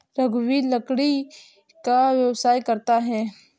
रघुवीर लकड़ी का व्यवसाय करता है